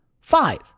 Five